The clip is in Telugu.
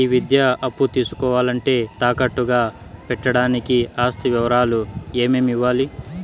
ఈ విద్యా అప్పు తీసుకోవాలంటే తాకట్టు గా పెట్టడానికి ఆస్తి వివరాలు ఏమేమి ఇవ్వాలి?